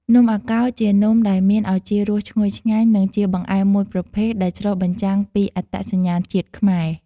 នំអាកោរជានំដែលមានឱជារសឈ្ងុយឆ្ងាញ់ និង ជាបង្អែមមួយប្រភេទដែលឆ្លុះបញ្ចាំងពីអត្តសញ្ញាណជាតិខ្មែរ។